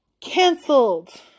cancelled